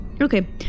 Okay